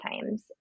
times